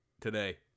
today